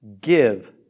Give